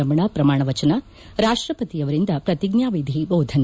ರಮಣ ಪ್ರಮಾಣ ವಚನ ರಾಷ್ಲಪತಿಯವರಿಂದ ಪ್ರತಿಜ್ಞಾ ವಿಧಿ ಬೋಧನೆ